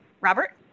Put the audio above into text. Robert